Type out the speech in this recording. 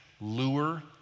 lure